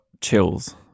chills